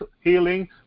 healing